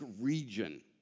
region